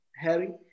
Harry